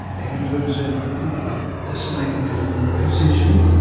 hands represent putting the snake into position.